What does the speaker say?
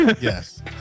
Yes